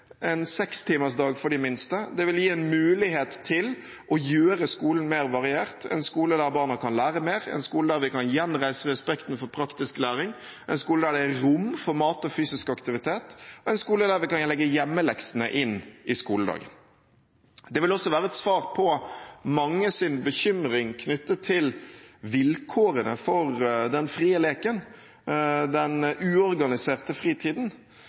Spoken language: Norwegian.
en sekstimers dag for de minste. Det vil gi en mulighet til å gjøre skolen mer variert, en skole der barna kan lære mer, en skole der vi kan gjenreise respekten for praktisk læring, en skole der det er rom for mat og fysisk aktivitet, og en skole der en kan legge hjemmeleksene inn i skoledagen. Det vil også være et svar på manges bekymring knyttet til vilkårene for den frie leken – den uorganiserte fritiden.